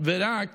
ורק